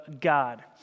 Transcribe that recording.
God